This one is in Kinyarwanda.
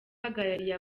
uhagarariye